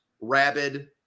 rabid